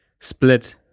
Split